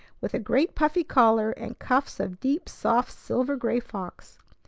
with a great puffy collar and cuffs of deep, soft silver-gray fox.